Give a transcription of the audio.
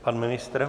Pan ministr?